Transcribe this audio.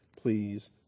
please